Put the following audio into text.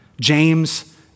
James